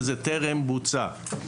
וזה טרם בוצע,